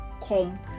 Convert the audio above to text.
come